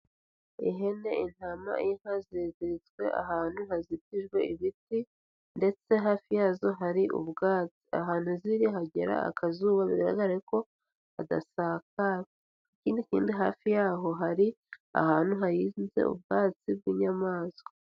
Ihene, intama, inka, ziziritswe ahantu hazitijwe ibiti ndetse hafi yazo hari ubwatsi. Ahantu ziri hagera akazuba bigaragarare ko hadasakaye, ikindi kindi hafi yaho hari ahantu hahinze ubwatsi bw'inyamaswa.